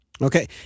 Okay